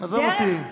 עזוב אותי.